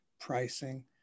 pricing